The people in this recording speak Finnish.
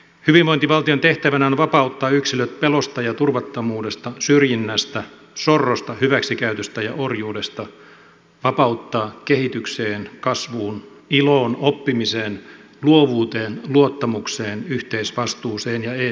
hyvinvointivaltion tehtävänä on vapauttaa yksilöt pelosta ja turvattomuudesta syrjinnästä sorrosta hyväksikäytöstä ja orjuudesta vapauttaa kehitykseen kasvuun iloon oppimiseen luovuuteen luottamukseen yhteisvastuuseen ja eettisyyteen